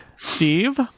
Steve